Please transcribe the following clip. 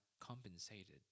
compensated